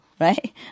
right